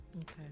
Okay